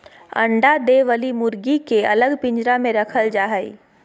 अंडा दे वली मुर्गी के अलग पिंजरा में रखल जा हई